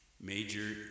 major